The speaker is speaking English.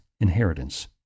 inheritance